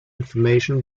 information